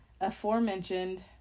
aforementioned